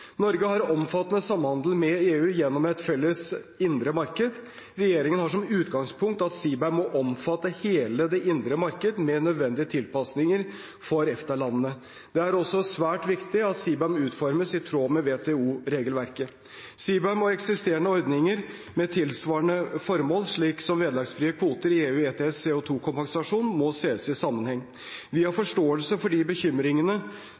Norge har omfattende samhandel med EU gjennom et felles indre marked. Regjeringen har som utgangpunkt at CBAM må omfatte hele det indre marked, med nødvendige tilpasninger for EFTA-landene. Det er også svært viktig at CBAM utformes i tråd med WTO-regelverket. CBAM og eksisterende ordninger med tilsvarende formål, slik som vederlagsfrie kvoter i EU ETS og CO 2 -kompensasjonsordningen, må ses i sammenheng. Vi har forståelse for de bekymringene